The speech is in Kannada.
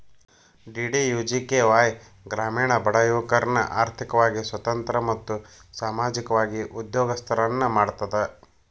ಡಿ.ಡಿ.ಯು.ಜಿ.ಕೆ.ವಾಯ್ ಗ್ರಾಮೇಣ ಬಡ ಯುವಕರ್ನ ಆರ್ಥಿಕವಾಗಿ ಸ್ವತಂತ್ರ ಮತ್ತು ಸಾಮಾಜಿಕವಾಗಿ ಉದ್ಯೋಗಸ್ತರನ್ನ ಮಾಡ್ತದ